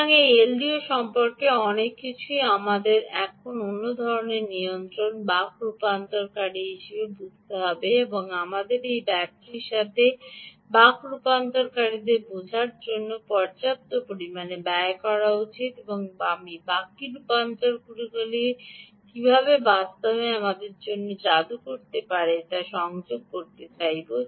সুতরাং এই এলডিও সম্পর্কে অনেক কিছু আমাদের এখন অন্য ধরণের নিয়ন্ত্রক যা বাক রূপান্তরকারী তা বুঝতে হবে এবং আমাদের এই ব্যাটারির সাথে বক রূপান্তরকারী বোঝার জন্য পর্যাপ্ত পরিমাণ ব্যয় করা উচিত আমি বাকী রূপান্তরকারীরা কীভাবে বাস্তবে আমাদের জন্য যাদু করতে পারে তা সংযোগ করতে চাইব